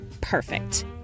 perfect